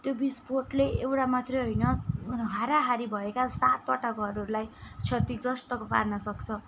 त्यो बिस्फोटले एउटा मात्रै होइन हाराहारी भएका सातवटा घरहरूलाई क्षतिग्रस्त पार्नसक्छ